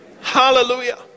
Hallelujah